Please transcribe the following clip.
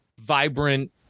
vibrant